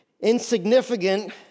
insignificant